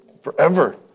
forever